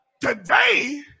Today